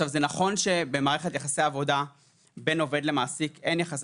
זה נכון שבמערכת יחסי העבודה בין עובד לבין מעסיק אין יחסי